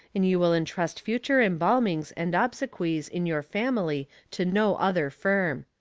and you will entrust future embalmings and obsequies in your family to no other firm.